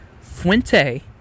Fuente